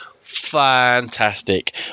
fantastic